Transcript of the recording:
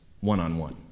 one-on-one